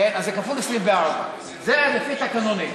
אז זה כפול 24. זה לפי התקנון.